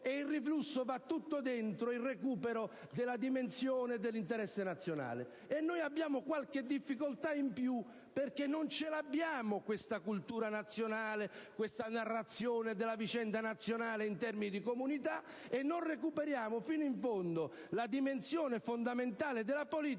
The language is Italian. un riflusso che va tutto dentro il recupero della dimensione dell'interesse nazionale. Noi abbiamo qualche difficoltà in più, perché non abbiamo questa cultura nazionale, questa narrazione della vicenda nazionale in termini di comunità; non recuperiamo fino in fondo la dimensione fondamentale della politica,